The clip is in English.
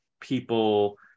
people